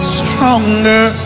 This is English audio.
stronger